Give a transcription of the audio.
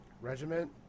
regiment